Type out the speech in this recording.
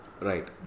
Right